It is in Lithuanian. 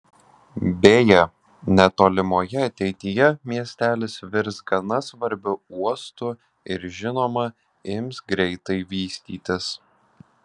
beje netolimoje ateityje miestelis virs gana svarbiu uostu ir žinoma ims greitai vystytis